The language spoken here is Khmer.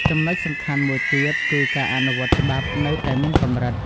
ចំណុចសំខាន់មួយទៀតគឺ ការអនុវត្តច្បាប់នៅតែមានកម្រិត។